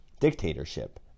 dictatorship